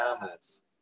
Thomas